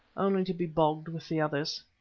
only to be bogged with the others.